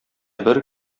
бер